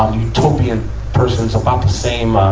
um utopian persons about the same, um,